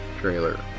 trailer